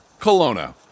Kelowna